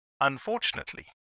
Unfortunately